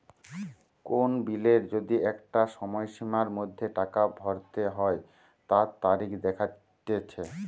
কোন বিলের যদি একটা সময়সীমার মধ্যে টাকা ভরতে হই তার তারিখ দেখাটিচ্ছে